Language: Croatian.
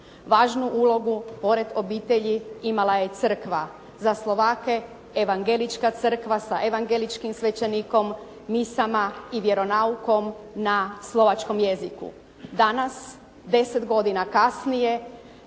Važnu ulogu pored obitelji imala je crkva, za Slovake Evangelička crkva za evangeličkim svećenikom, misama i vjeronaukom na slovačkom jeziku. Danas 10 godina kasnije